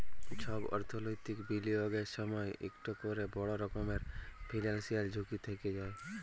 ছব অথ্থলৈতিক বিলিয়গের সময় ইকট ক্যরে বড় রকমের ফিল্যালসিয়াল ঝুঁকি থ্যাকে যায়